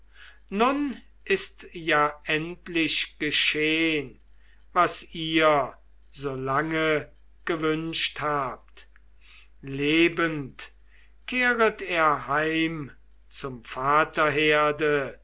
nun ist ja endlich geschehn was ihr so lange gewünscht habt lebend kehret er heim zum vaterherde